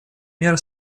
мер